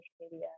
media